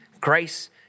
Grace